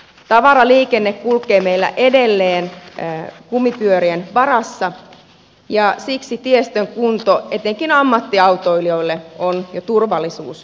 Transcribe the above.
tavaraliikenne kulkee meillä edelleen kumipyörien varassa ja siksi tiestön kunto etenkin ammattiautoilijoille on jo turvallisuuskysymys